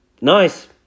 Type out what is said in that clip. nice